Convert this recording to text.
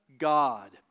God